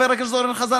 חבר הכנסת אורן חזן,